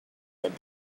said